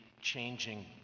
changing